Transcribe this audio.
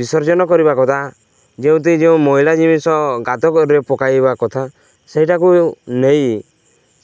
ବିସର୍ଜନ କରିବା କଥା ଯେଉଁଠି ଯେଉଁ ମଇଳା ଜିନିଷ ଗାତରେ ପକାଇବା କଥା ସେଇଟାକୁ ନେଇ